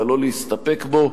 אבל לא להסתפק בו,